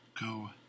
go